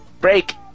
break